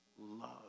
love